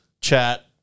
chat